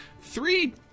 three